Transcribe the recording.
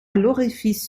l’orifice